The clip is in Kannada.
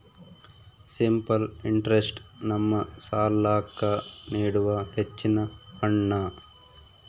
ಸಿಂಪಲ್ ಇಂಟ್ರೆಸ್ಟ್ ನಮ್ಮ ಸಾಲ್ಲಾಕ್ಕ ನೀಡುವ ಹೆಚ್ಚಿನ ಹಣ್ಣ